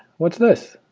what's this?